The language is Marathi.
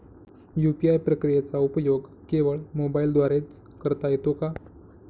यू.पी.आय प्रक्रियेचा उपयोग केवळ मोबाईलद्वारे च करता येतो का?